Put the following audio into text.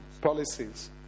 policies